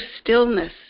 stillness